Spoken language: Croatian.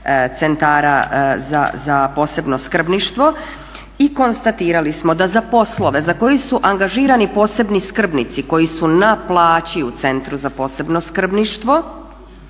centara za posebno skrbništvo i konstatirali smo da za poslove za koje su angažirani posebni skrbnici koji su na plaći u Centru za posebno skrbništvo